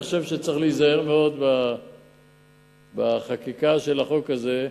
אני חושב שצריך להיזהר מאוד בחקיקה של החוק הזה.